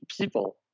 people